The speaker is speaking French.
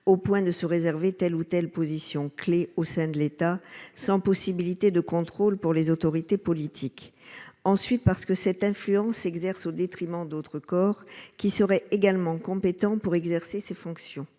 au point de se réserver telle ou telle position clé au sein de l'État, sans possibilité de contrôle pour les autorités politiques, ensuite parce que cette influence s'exerce au détriment d'autres corps qui seraient également compétent pour exercer ses fonctions